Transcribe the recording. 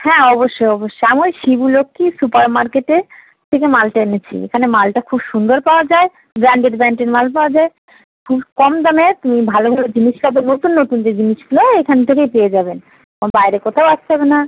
হ্যাঁ অবশ্যই অবশ্যই আমি ওই শিবু লক্ষ্মী সুপার মার্কেটে থেকে মালটা এনেছি এখানে মালটা খুব সুন্দর পাওয়া যায় ব্র্যাণ্ডেড ব্র্যাণ্ডের মাল পাওয়া যায় খুব কম দামের তুমি ভালো ভালো জিনিস পাবে নতুন নতুন যে জিনিসগুলো এইখান থেকেই পেয়ে যাবেন বাইরে কোথাও আসতে হবে না